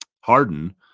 Harden